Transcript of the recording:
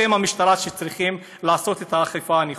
אתם, המשטרה, צריכים לעשות את האכיפה הנכונה.